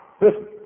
Listen